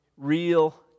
real